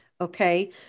okay